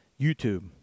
YouTube